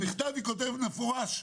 במכתב היא אומרת במפורש: